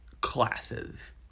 classes